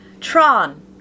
Tron